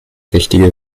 richtige